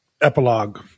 epilogue